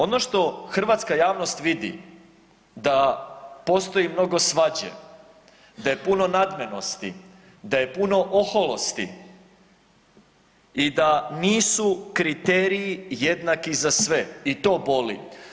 Ono što hrvatska javnost vidi da postoji mnogo svađe, da je puno nadmenosti, da je puno oholosti i da nisu kriteriji jednaki za sve i to boli.